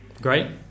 Great